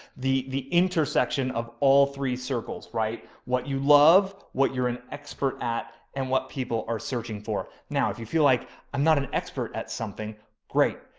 the, the intersection of all three circles, right? what you love, what you're an expert at and what people are searching for now, if you feel like i'm not an expert at something great.